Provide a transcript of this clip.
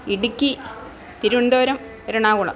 Idukki Thiruvananthapuram Ernakulam